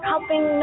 Helping